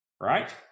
right